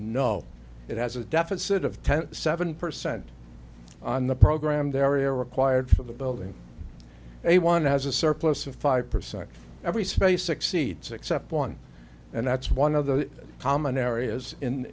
no it has a deficit of ten seven percent on the program they're required for the building a one has a surplus of five percent every space exceeds except one and that's one of the common areas